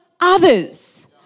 others